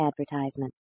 advertisement